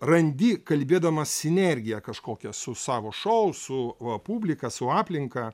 randi kalbėdamas sinergiją kažkokią su savo šou su va publika su aplinka